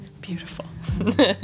beautiful